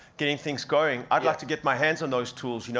getting things going. i'd like to get my hands on those tools, you know